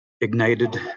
ignited